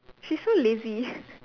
she's so lazy